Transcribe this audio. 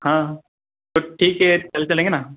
हाँ तो ठीक हे चल चलेंगे ना